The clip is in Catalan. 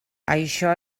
això